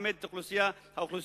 עומדת האוכלוסייה הערבית.